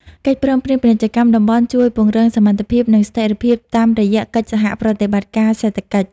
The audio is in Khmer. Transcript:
កិច្ចព្រមព្រៀងពាណិជ្ជកម្មតំបន់ជួយពង្រឹងសន្តិភាព និងស្ថិរភាពតាមរយៈកិច្ចសហប្រតិបត្តិការសេដ្ឋកិច្ច។